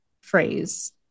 phrase